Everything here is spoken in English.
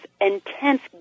intense